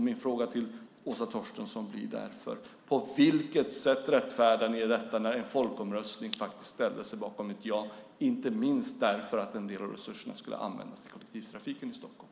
Min fråga till Åsa Torstensson blir därför: På vilket sätt rättfärdigar ni detta när en folkomröstning faktiskt ställde sig bakom ett ja, inte minst därför att en del av resurserna skulle användas till kollektivtrafiken i Stockholm?